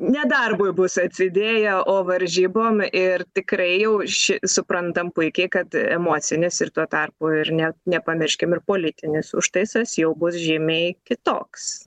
ne darbui bus atsidėję o varžybom ir tikrai jau ši suprantam puikiai kad emocinis ir tuo tarpu ir net nepamirškim ir politinis užtaisas jau bus žymiai kitoks